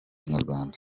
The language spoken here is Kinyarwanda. nyarwanda